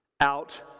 out